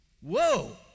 whoa